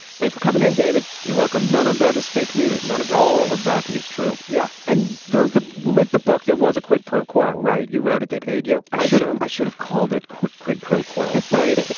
thanks for coming in david. you're welcome. none of that is fake news. none of all of that is true. yeah and though the with the book there was a quid pro quo right. you wrote it they paid you. i should have. um i should have called it quick quid pro quo right.